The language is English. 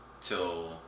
till